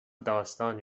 داستانی